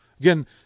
Again